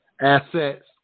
Assets